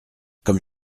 comme